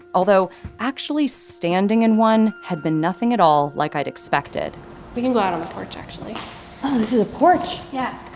although actually standing in one had been nothing at all like i'd expected we can go out on the porch, actually oh, this is a porch? yeah